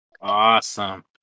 Awesome